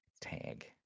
tag